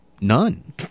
None